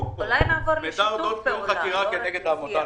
כשאחד מהם זה מידע אודות חקירה כנגד העמותה.